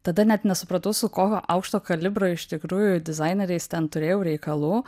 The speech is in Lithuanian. tada net nesupratau su kokio aukšto kalibro iš tikrųjų dizaineriais ten turėjau reikalų